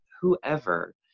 whoever